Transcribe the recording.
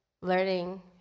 Learning